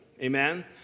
amen